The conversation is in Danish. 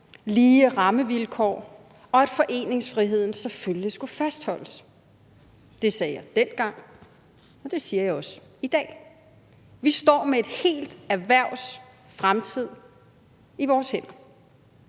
lige rammevilkår, og at foreningsfriheden selvfølgelig skulle fastholdes. Det sagde jeg dengang, og det siger jeg også i dag. Vi står med et helt erhvervs fremtid i vores hænder.